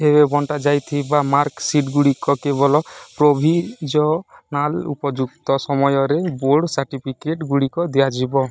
ଏବେ ବଣ୍ଟା ଯାଇଥିବା ମାର୍କ ସିଟ୍ ଗୁଡ଼ିକ କେବଳା ପ୍ରୋଭିଜନାଲ୍ ଉପଯୁକ୍ତ ସମୟରେ ବୋର୍ଡ଼ ସାର୍ଟିଫିକେଟ୍ ଗୁଡ଼ିକ ଦିଆଯିବ